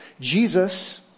Jesus